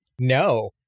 no